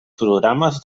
programes